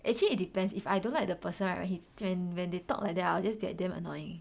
actually it depends if I don't like the person right when he when when they talk like that orh I will just be like damn annoying